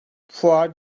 fuar